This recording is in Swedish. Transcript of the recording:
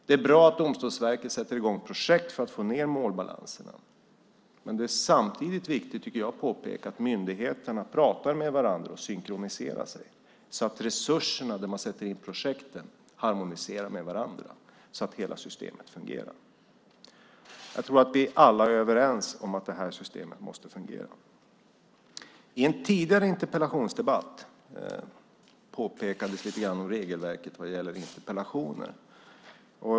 Det är bra att Domstolsverket sätter i gång projekt för att få ned målbalanserna, men det är samtidigt viktigt att påpeka att myndigheterna måste prata med varandra och synkronisera sig så att de resurser man sätter in i projekt harmoniserar med varandra och så att hela systemet fungerar. Jag tror att vi alla är överens om att detta system måste fungera. I en tidigare interpellationsdebatt påpekades något om regelverket för interpellationer.